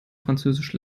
französisch